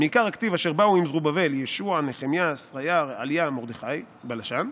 "מעיקרא כתיב 'אשר באו עם זרובבל ישוע נחמיה שריה רעליה מרדכי בלשן'